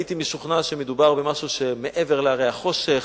הייתי משוכנע שמדובר במשהו שמעבר להרי החושך,